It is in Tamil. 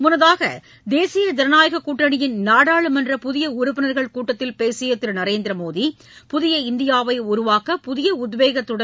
முன்னதாக தேசிய ஜனநாயகக் கூட்டணியின் நாடாளுமன்ற புதிய உறுப்பினர்கள் கூட்டத்தில் பேசிய திரு நரேந்திர மோடி புதிய இந்தியாவை உருவாக்க புதிய உத்வேகத்துடன்